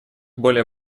более